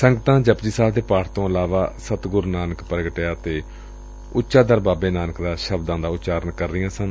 ਸੰਗਤਾ ਜਪੁਜੀ ਸਾਹਿਬ ਦੇ ਪਾਠ ਤੋ ਇਲਾਵਾ ਸਤਿਗੁਰੂ ਨਾਨਕ ਪੁਗਟਿਆ ਅਤੇ ਉੱਚਾ ਦਰ ਬਾਬੇ ਨਾਨਕ ਦਾ ਸ਼ਬਦਾ ਦਾ ਉਚਾਰਣ ਕਰ ਰਹੀਆ ਸਨ